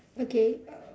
okay